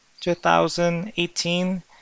2018